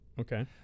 okay